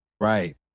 Right